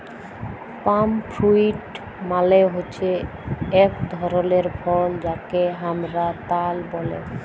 পাম fruit মালে হচ্যে এক ধরলের ফল যাকে হামরা তাল ব্যলে